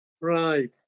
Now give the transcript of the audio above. right